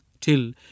till